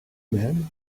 même